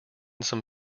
some